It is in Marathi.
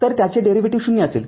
तर त्याचे डेरिव्हेटीव्ह ० असेल